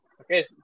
Okay